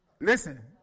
Listen